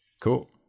cool